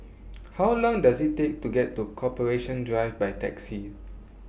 How Long Does IT Take to get to Corporation Drive By Taxi